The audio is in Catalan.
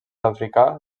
africà